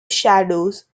shadows